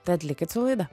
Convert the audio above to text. tad likit su laida